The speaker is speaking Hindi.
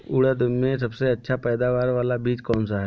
उड़द में सबसे अच्छा पैदावार वाला बीज कौन सा है?